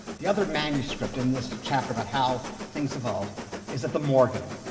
the other manuscript in this chapter about how things evolved is at the morgan,